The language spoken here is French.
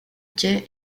quai